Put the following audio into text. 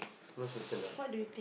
most person ah